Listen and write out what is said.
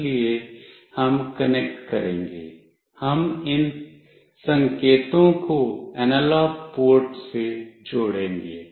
इसलिए हम कनेक्ट करेंगे हम इन संकेतों को एनालॉग पोर्ट से जोड़ेंगे